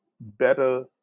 better